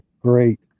great